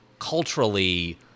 culturally